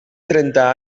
trenta